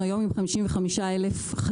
אנחנו היום עם 55,000 חדרים,